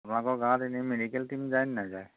আপোনোকৰ গাঁৱত এনেই medical team যায় নে নেযায়